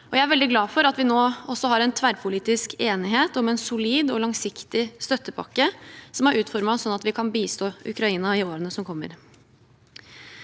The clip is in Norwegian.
Jeg er veldig glad for at vi nå også har en tverrpolitisk enighet om en solid og langsiktig støttepakke som er utformet slik at vi kan bistå Ukraina i årene som kommer.